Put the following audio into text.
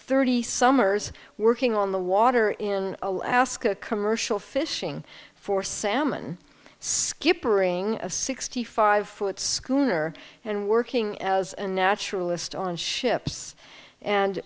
thirty summers working on the water in alaska commercial fishing for salmon skippering a sixty five foot schooner and working as a naturalist on ships and